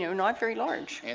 not very large. and